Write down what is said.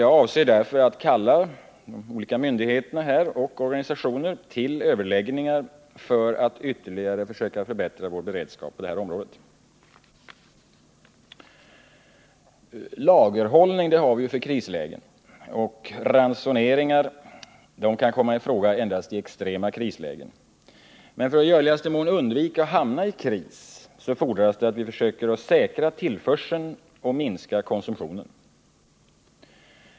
Jag avser därför att kalla de olika myndigheterna och organisationerna till överläggningar i syfte att ytterligare förbättra vår beredskap på området. Lagerhållning blir aktuell i krislägen. Ransoneringar kan komma i fråga endast i extrema prislägen. För att i görligaste mån undvika att hamna i kris fordras det att vi försöker säkra tillförseln och minska konsumtionen.